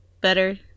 better